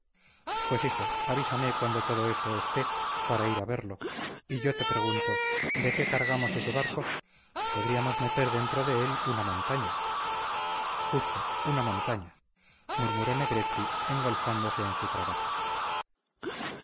pues hijo avísame cuando todo eso esté para ir a verlo y yo te pregunto de qué cargamos ese barco podríamos meter dentro de él una montaña justo una montaña murmuró negretti engolfándose en su trabajo